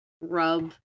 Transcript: rub